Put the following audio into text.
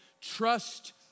Trust